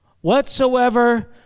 Whatsoever